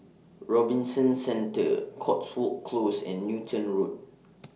Robinson Centre Cotswold Close and Newton Road